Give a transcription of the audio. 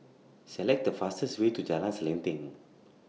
Select The fastest Way to Jalan Selanting